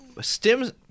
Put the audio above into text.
stems